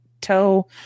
toe